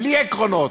בלי עקרונות,